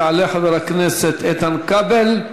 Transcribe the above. יעלה חבר הכנסת איתן כבל,